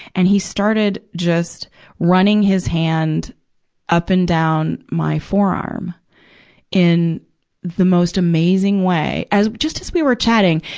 and he started just running his hand up and down my forearm in the most amazing way, as, just as we were chatting.